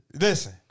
Listen